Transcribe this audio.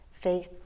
Faith